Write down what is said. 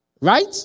right